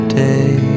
day